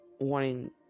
wanting